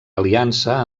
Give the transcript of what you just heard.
aliança